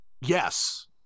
Yes